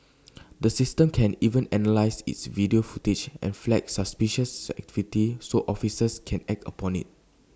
the system can even analyse its video footage and flag suspicious activity so officers can act upon IT